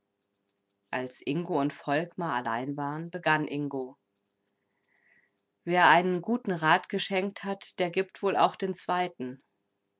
als ingo und volkmar allein waren begann ingo wer einen guten rat geschenkt hat der gibt wohl auch den zweiten